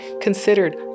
considered